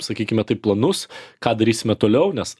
sakykime taip planus ką darysime toliau nes